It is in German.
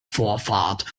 vorfahrt